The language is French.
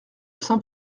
saint